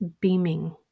beaming